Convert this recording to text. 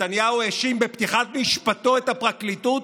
נתניהו האשים בפתיחת משפטו את הפרקליטות,